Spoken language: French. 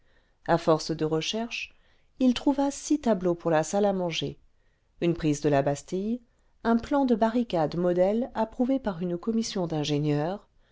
a force de recherches il trouva six tableaux pour la salle à manger une prise de la bastille un plan de barricade modèle approuvé par une commission d'ingénieurs